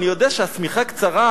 אני יודע שהשמיכה קצרה,